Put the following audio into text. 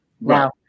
Now